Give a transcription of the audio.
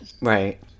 Right